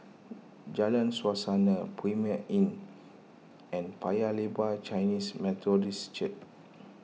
Jalan Suasa Premier Inn and Paya Lebar Chinese Methodist Church